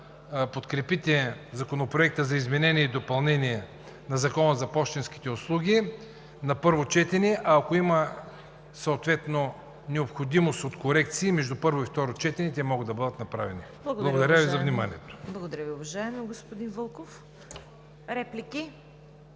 подкрепите Законопроекта за изменение и допълнение на Закона за пощенските услуги на първо четене, а ако има съответно необходимост от корекции, между първо и второ четене те могат да бъдат направени. Благодаря Ви за вниманието. ПРЕДСЕДАТЕЛ ЦВЕТА КАРАЯНЧЕВА: Благодаря Ви, уважаеми господин Вълков. Реплики?